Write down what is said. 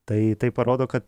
tai tai parodo kad